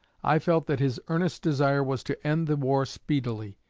i felt that his earnest desire was to end the war speedily,